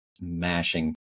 mashing